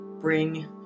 bring